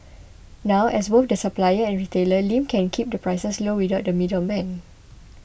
now as both the supplier and retailer Lim can keep the prices low without the middleman